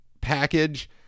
package